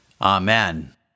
amen